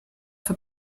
for